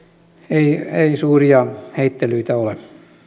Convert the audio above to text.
ei ei suuria heittelyitä ole